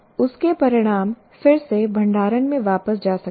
उस के परिणाम फिर से भंडारण में वापस जा सकते हैं